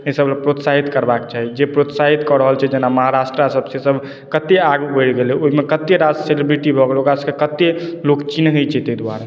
एहि सब लए प्रोत्साहित करबाक चाही जे प्रोत्साहित कऽ रहल छै जेना महारष्ट्रा सब छै सब कते आगू बढ़ि गेलै ओहिमे कते रास सेलेब्रिटी भऽ गेलै ओकर सबके कते लोग चिन्हैत छै ताहि दुआरे